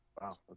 Wow